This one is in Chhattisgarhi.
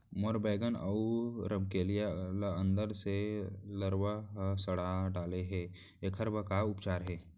मोर बैगन अऊ रमकेरिया ल अंदर से लरवा ह सड़ा डाले हे, एखर बर का उपचार हे?